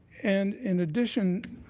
and in addition,